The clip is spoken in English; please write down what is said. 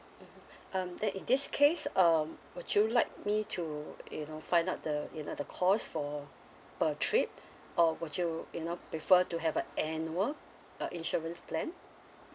mmhmm um then in this case um would you like me to you know find out the you know the cost for per trip or would you you know prefer to have a annual uh insurance plan